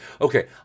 okay